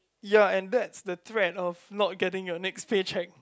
ya and that's the threat of not getting your next paycheck